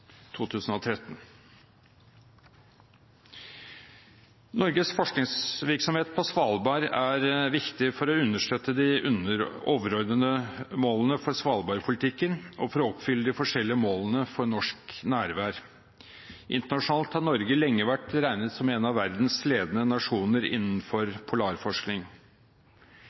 Noregs forskingsverksemd på Svalbard er eit viktig verkemiddel for å understøtta dei overordna måla i svalbardpolitikken og for å oppfylla dei ulike måla for norsk nærvær i Arktis. Internasjonalt har Noreg lenge vore rekna som ein av dei leiande nasjonane innanfor polarforsking,